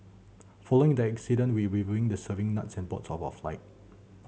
following the incident we reviewing the serving nuts on boards our flight